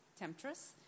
temptress